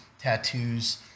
tattoos